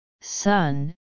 son